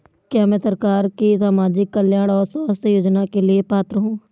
क्या मैं सरकार के सामाजिक कल्याण और स्वास्थ्य योजना के लिए पात्र हूं?